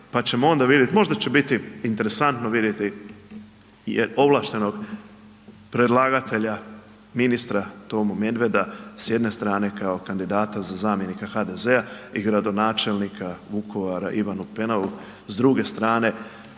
pa ćemo onda vidjet. Možda će biti interesantno vidjeti jer ovlaštenog predlagatelja ministra Tomo Medveda s jedne strane kao kandidata za zamjenika HDZ-a i gradonačelnika Vukovara Ivana Penavu s druge strane